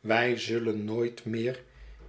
wij zullen nooit meer